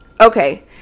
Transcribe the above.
Okay